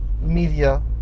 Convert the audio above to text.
media